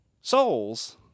souls